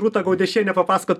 rūta gaudešienė papasakot